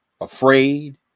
afraid